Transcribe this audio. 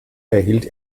erhielt